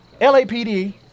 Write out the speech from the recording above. LAPD